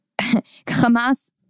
Hamas